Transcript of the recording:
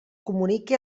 comunique